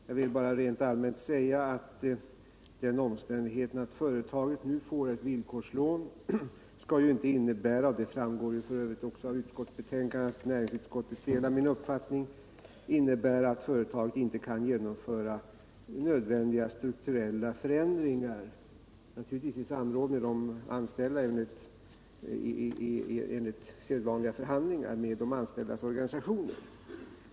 Rent allmänt vill jag säga att det förhållandet att företaget nu fått ett villkorslån inte skall innebära — det framgår f. ö. av utskottetsbetänkandet att näringsutskottet delar min uppfattning — att företaget inte kan genomföra nödvändiga strukturella förändringar, naturligtvis efter sedvanliga förhandlingar med de anställdas organisationer.